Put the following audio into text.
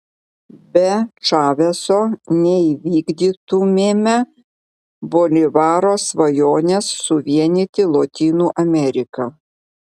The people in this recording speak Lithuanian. be čaveso neįvykdytumėme bolivaro svajonės suvienyti lotynų ameriką